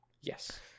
yes